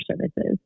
services